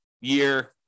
year